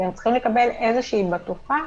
והם צריכים לקבל איזושהי בטוחה